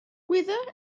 whether